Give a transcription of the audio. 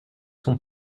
son